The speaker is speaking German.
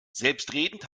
selbstredend